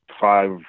five